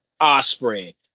Osprey